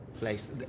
place